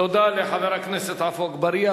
תודה לחבר הכנסת עפו אגבאריה.